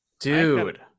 Dude